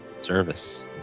Service